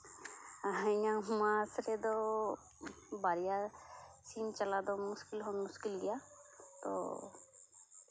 ᱦᱮᱸ ᱤᱧᱟᱹᱜ ᱢᱟᱥ ᱨᱮᱫᱚ ᱵᱟᱨᱭᱟ ᱥᱤᱢ ᱪᱟᱞᱟᱣ ᱫᱚ ᱢᱩᱥᱠᱤᱞ ᱦᱚᱸ ᱢᱩᱥᱠᱤᱞ ᱜᱮᱭᱟ ᱛᱚ